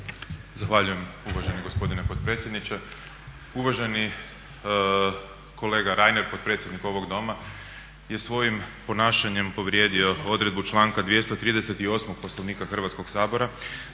Zahvaljujem uvaženi gospodine potpredsjedniče. Uvaženi kolega Reiner, potpredsjednik ovog Doma je svojim ponašanjem povrijedio odredbu članka 238. Poslovnika Hrvatskoga sabora